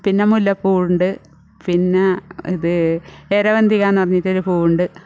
പിന്നെ മുല്ല പൂ ഉണ്ട് പിന്നെ ഇത് എരവന്തിക എരവന്തികാ എന്ന് പറഞ്ഞിട്ടൊരു പൂവുണ്ട്